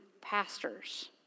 pastors